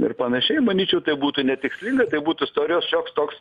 ir panašiai manyčiau tai būtų netikslinga tai būtų istorijos šioks toks